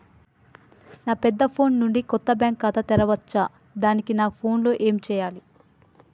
నా పెద్ద ఫోన్ నుండి కొత్త బ్యాంక్ ఖాతా తెరవచ్చా? దానికి నా ఫోన్ లో ఏం చేయాలి?